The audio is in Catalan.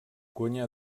guanyà